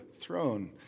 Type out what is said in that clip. throne